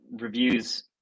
reviews